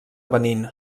benín